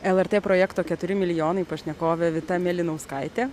lrt projekto keturi milijonai pašnekovė vita mėlynauskaitė